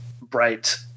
bright